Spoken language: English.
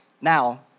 Now